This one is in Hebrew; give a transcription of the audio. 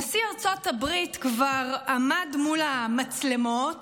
נשיא ארצות הברית כבר עמד מול המצלמות